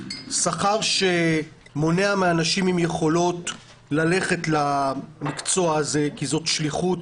שכר שמונע מאנשים עם יכולות ללכת למקצוע הזה כי זאת שליחות,